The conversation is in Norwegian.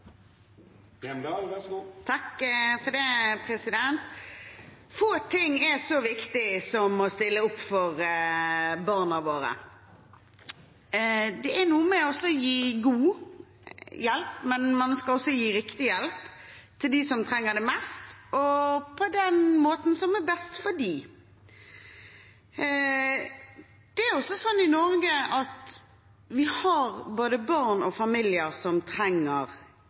noe med å gi god hjelp, men man skal også gi riktig hjelp til dem som trenger det mest, og på den måten som er best for dem. Det er også sånn i Norge at vi har både barn og familier som trenger